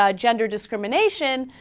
ah gender discrimination